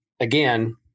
again